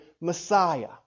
Messiah